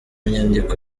nyandiko